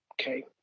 Okay